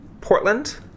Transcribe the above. Portland